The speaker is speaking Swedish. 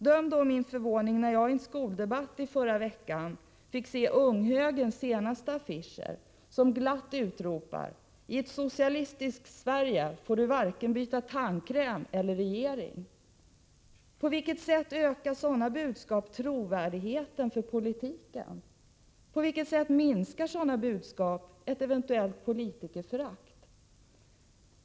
Döm då om min förvåning när jag på en skoldebatt i förra veckan fick se unghögerns senaste affisch, som glatt utropar: I ett socialistiskt Sverige får du varken byta tandkräm eller regering. På vilket sätt ökar sådana budskap politikens trovärdighet? På vilket sätt minskar sådana budskap ett eventuellt politikerförakt?